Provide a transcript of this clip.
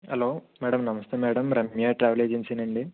hello madam నమస్తే madam Ramya travel ఏజెన్సీయేనాండి